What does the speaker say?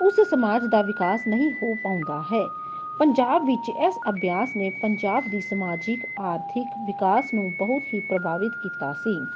ਉਸ ਸਮਾਜ ਦਾ ਵਿਕਾਸ ਨਹੀਂ ਹੋ ਪਾਉਂਦਾ ਹੈ ਪੰਜਾਬ ਵਿੱਚ ਇਸ ਅਭਿਆਸ ਨੇ ਪੰਜਾਬ ਦੀ ਸਮਾਜਿਕ ਆਰਥਿਕ ਵਿਕਾਸ ਨੂੰ ਬਹੁਤ ਹੀ ਪ੍ਰਭਾਵਿਤ ਕੀਤਾ ਸੀ